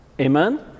Amen